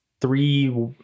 three